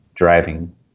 driving